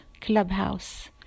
Clubhouse